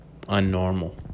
unnormal